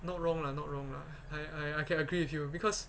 not wrong lah not wrong lah I I can agree with you because